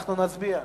אנחנו נצביע.